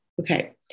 okay